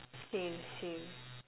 same same